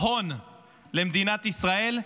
הון למדינת ישראל,